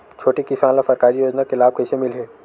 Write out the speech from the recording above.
छोटे किसान ला सरकारी योजना के लाभ कइसे मिलही?